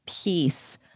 peace